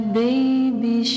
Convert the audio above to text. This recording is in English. baby